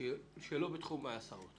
שהיא לא בתחומי ההסעות?